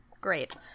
Great